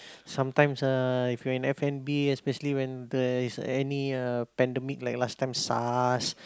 sometimes ah if you are in f-and-b especially when there is any uh pandemic like last time Sars